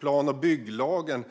Det är inte i plan och bygglagen